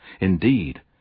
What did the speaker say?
Indeed